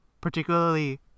particularly